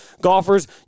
golfers